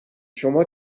شما